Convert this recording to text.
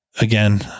again